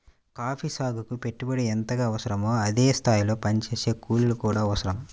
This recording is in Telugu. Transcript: కాఫీ సాగుకి పెట్టుబడి ఎంతగా అవసరమో అదే స్థాయిలో పనిచేసే కూలీలు కూడా అవసరం